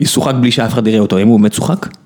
אם שוחק בלי שאף אחד יראה אותו, האם הוא באמת שוחק?